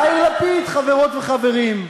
יאיר לפיד, חברות וחברים,